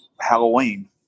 Halloween